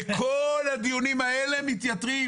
וכל הדיונים האלה מתייתרים.